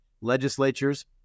legislatures